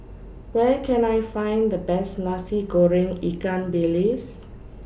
Where Can I Find The Best Nasi Goreng Ikan Bilis